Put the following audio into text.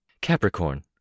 Capricorn